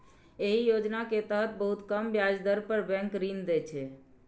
एहि योजना के तहत बहुत कम ब्याज दर पर बैंक ऋण दै छै